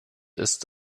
ist